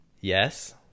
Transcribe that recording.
yes